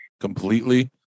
Completely